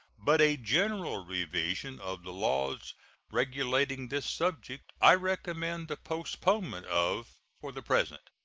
but a general revision of the laws regulating this subject i recommend the postponement of for the present.